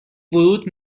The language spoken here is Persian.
ورود